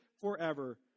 forever